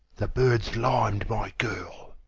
the bird's limed, my girl.